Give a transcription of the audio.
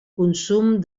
consum